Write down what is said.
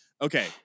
Okay